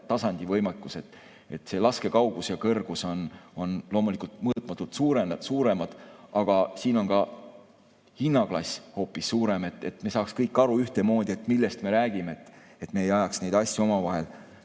tasandi võimekus. Laskekaugus ja ‑kõrgus on loomulikult mõõtmatult suuremad, aga ka hinnaklass hoopis suurem. Me peaks saama kõik aru ühtemoodi, millest me räägime, et me ei ajaks neid asju omavahel